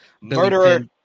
Murderer